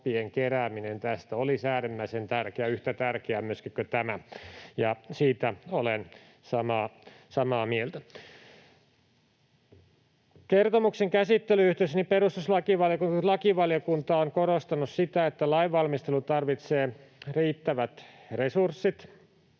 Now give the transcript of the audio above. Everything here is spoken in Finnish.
oppien kerääminen tästä olisi äärimmäisen tärkeää, yhtä tärkeää myöskin kuin tämä, ja siitä olen samaa mieltä. Kertomuksen käsittelyn yhteydessä niin perustuslakivaliokunta kuin lakivaliokunta ovat korostaneet sitä, että lainvalmistelu tarvitsee riittävät resurssit.